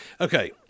Okay